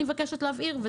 אני מבקשת להבהיר.